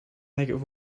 negative